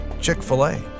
Chick-fil-A